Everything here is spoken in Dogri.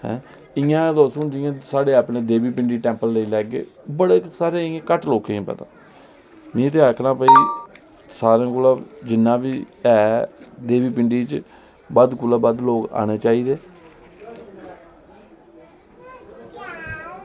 इंया गै तुस जियां तुस साढ़े देवी पिंडी टेम्पल लेई लैगे बड़े सारे इंया घट्ट लोकें ई पता में ते आक्खना भई सारें कोला जिन्ना बी ऐ देवी पिंडी च बद्ध कोला बद्ध लोग आना चाहिदे